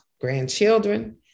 grandchildren